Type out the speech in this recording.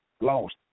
lost